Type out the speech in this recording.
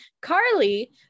Carly